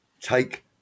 take